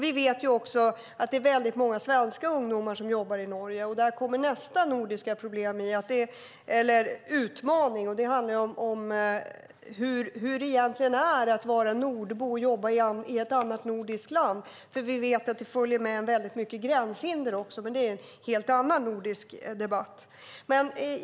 Vi vet också att många svenska ungdomar jobbar i Norge. Där kommer nästa nordiska utmaning, nämligen hur det är att vara nordbo och jobba i ett annat nordiskt land. Det följer med många gränshinder, men det är en annan nordisk debatt.